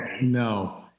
no